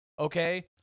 Okay